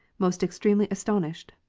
most extremely astonished.